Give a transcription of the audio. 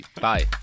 bye